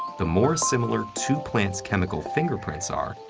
the more similar two plants' chemical fingerprints are,